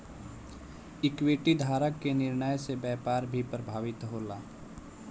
equity धारक के निर्णय से व्यापार भी प्रभावित होला